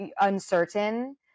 uncertain